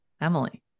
Emily